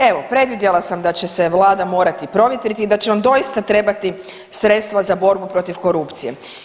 Evo, predvidjela sam da će se Vlada morati provjetriti i da će vam doista trebati sredstva za borbu protiv korupcije.